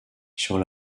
sur